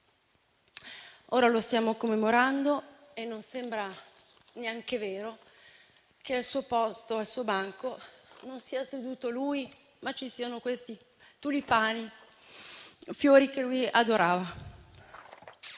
ora lo stiamo commemorando e non sembra neanche vero che al suo posto, al suo banco, non sia seduto lui, ma ci siano questi tulipani, fiori che lui adorava.